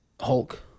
Hulk